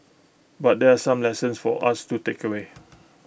but there are some lessons for us to takeaway